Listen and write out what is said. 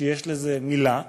שיש לזה מילה,